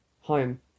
home